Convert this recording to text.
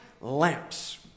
lamps